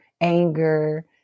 anger